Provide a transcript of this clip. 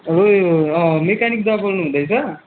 उयो अँ मेक्यानिक दादा बोल्नु हुँदैछ